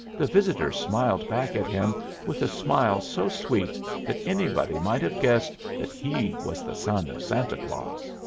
the visitor smiled back at him with a smile so sweet that anybody might have guessed that he was the son of santa claus.